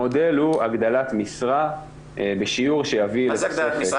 המודל הוא הגדלת משרה בשיעור שיביא לתוספת של